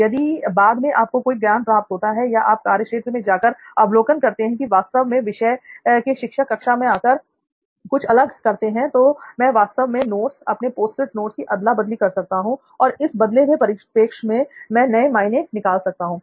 यदि बाद में आपको कोई ज्ञान प्राप्त होता है या आप कार्यक्षेत्र में जाकर अवलोकन करते हैं कि वास्तव में विषय के शिक्षक कक्षा में आकर कुछ अलग करते हैं तो मैं वास्तव में नोट्स आपके पोस्ट नोट्स की अदला बदली कर सकता हूं और इस बदले हुए परिपेक्ष से मैं नए मायने निकाल सकता हूं